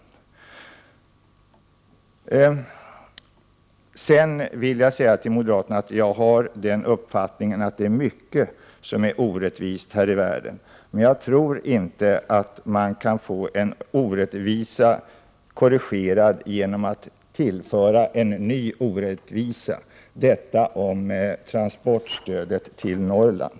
Till moderaterna vill jag säga att jag har uppfattningen att det är mycket som är orättvist här i världen. Jag tror ändå inte att man kan få en orättvisa korrigerad genom att tillföra en ny orättvisa. Detta om transportstödet till Norrland.